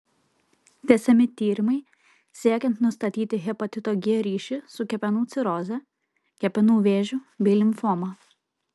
tęsiami tyrimai siekiant nustatyti hepatito g ryšį su kepenų ciroze kepenų vėžiu bei limfoma